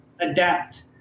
adapt